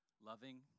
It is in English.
loving